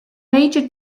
major